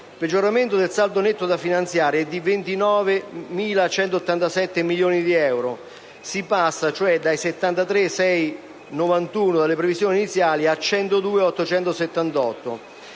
Il peggioramento del saldo netto da finanziare è di 29.187 milioni di euro (si passa cioè dai 73.691 milioni delle previsioni iniziali a 102.878